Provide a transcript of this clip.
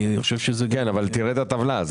תראה את הטבלה.